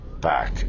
back